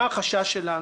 מה החשש שלנו?